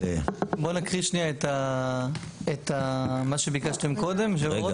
נקריא את מה שביקשתם קודם, היושב ראש?